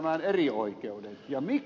miksi se sen sai